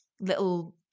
little